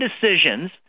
decisions